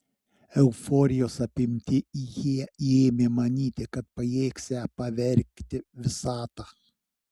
euforijos apimti jie ėmė manyti kad pajėgsią pavergti visatą